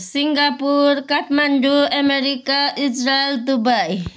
Singapore Kathmandu America Israel Dubai